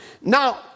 Now